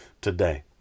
today